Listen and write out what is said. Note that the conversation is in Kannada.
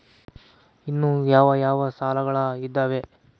ಇನ್ನು ಯಾವ ಯಾವ ಸಾಲಗಳು ಇದಾವೆ?